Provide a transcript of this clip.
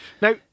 Now